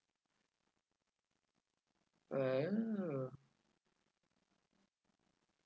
uh